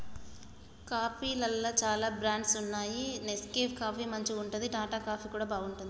కాఫీలల్ల చాల బ్రాండ్స్ వున్నాయి నెస్కేఫ్ కాఫీ మంచిగుంటది, టాటా కాఫీ కూడా బాగుంటది